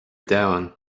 domhan